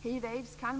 Hiv aids. Man